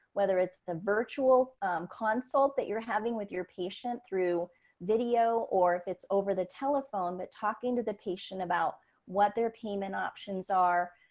whether it's the virtual consult that you're having with your patient through video, or if it's over the telephone, but talking to the patient about what their payment options are.